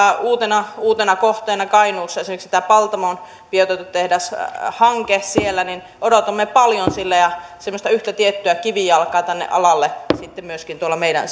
uutena uutena kohteena kainuussa tämä paltamon biotuotetehdashanke jolta odotamme paljon ja semmoista yhtä tiettyä kivijalkaa tälle alalle myöskin tuonne meidän